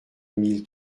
mille